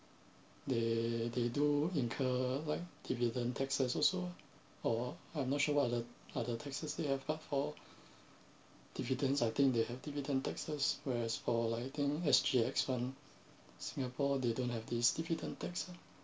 they they do incur like dividend taxes also or I'm not sure what the are the taxes they have but for dividends I think they have dividend taxes whereas for like I think S_G_X one singapore they don't have this dividend tax ah